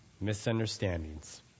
Misunderstandings